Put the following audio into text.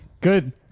Good